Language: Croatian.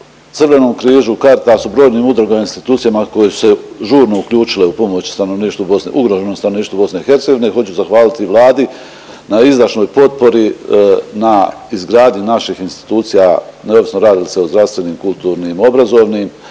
Crvenom križu, Caritasu, brojnim udrugama, institucijama koje su se žurno uključile u pomoć stanovništvu, ugroženom stanovništvu BiH. Hoću zahvaliti Vladi na izdašnoj potpori na izgradnji naših institucija neovisno radi li se o zdravstvenim, kulturnim, obrazovnim,